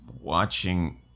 watching